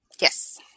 Yes